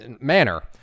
manner